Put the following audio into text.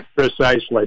Precisely